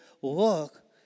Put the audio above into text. work